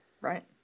Right